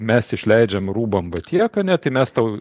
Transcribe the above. mes išleidžiam rūbams va tiek ane tai mes tau